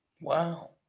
Wow